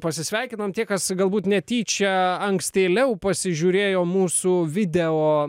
pasisveikinom tie kas galbūt netyčia ankstėliau pasižiūrėjo mūsų video